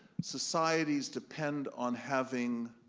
societies depend on having,